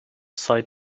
side